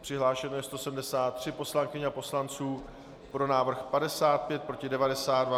Přihlášeno je 173 poslankyň a poslanců, pro návrh 55, proti 92.